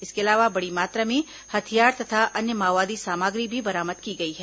इसके अलावा बड़ी मात्रा में हथियार तथा अन्य माओवादी सामग्री भी बरामद की गई है